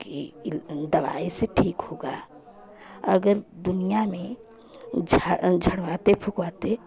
की दवाई से ठीक होगा अगर दुनिया में झड़वाते फुकवाते